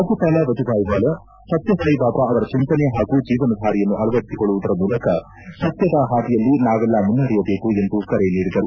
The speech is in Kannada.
ರಾಜ್ಯಪಾಲ ವಜೂಭಾಯಿ ವಾಲಾ ಸತ್ಯಸಾಯಿ ಬಾಬಾ ಅವರ ಚಿಂತನೆ ಹಾಗೂ ಜೀವನಧಾರೆಯನ್ನು ಅಳವಡಿಸಿಕೊಳ್ಳುವುದರ ಮೂಲಕ ಸತ್ಯದ ಹಾದಿಯಲ್ಲಿ ನಾವೆಲ್ಲ ಮುನ್ನಡೆಯಬೇಕು ಎಂದು ಕರೆ ನೀಡಿದರು